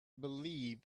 believe